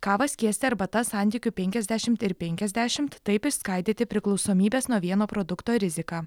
kavą skiesti arbata santykiu penkiasdešimt ir penkiasdešimt taip išskaidyti priklausomybes nuo vieno produkto riziką